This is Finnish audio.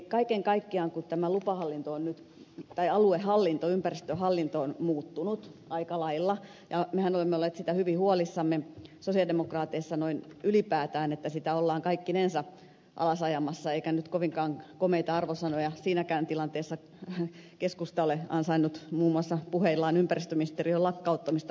kaiken kaikkiaan tämä aluehallinto ympäristöhallinto on muuttunut aika lailla ja mehän olemme olleet siitä hyvin huolissamme sosialidemokraateissa noin ylipäätään että sitä ollaan kaikkinensa alas ajamassa eikä nyt kovinkaan komeita arvosanoja siinäkään tilanteessa keskusta ole ansainnut muun muassa puheillaan ympäristöministeriön lakkauttamisesta tai muusta